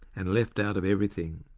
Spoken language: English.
and left out of everything.